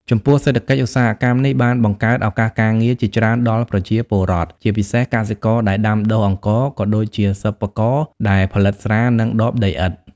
ចំពោះសេដ្ឋកិច្ច ឧស្សាហកម្មនេះបានបង្កើត ឱកាសការងារ ជាច្រើនដល់ប្រជាពលរដ្ឋ ជាពិសេសកសិករដែលដាំដុះអង្ករ ក៏ដូចជាសិប្បករដែលផលិតស្រា និងដបដីឥដ្ឋ។